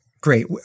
great